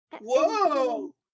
Whoa